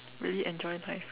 really enjoy life